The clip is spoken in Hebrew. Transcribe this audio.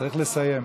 צריך לסיים.